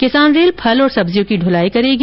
किसान रेल फल और सब्जियों की ढुलाई करेगी